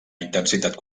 intensitat